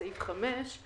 בסעיף 5,